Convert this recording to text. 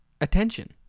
attention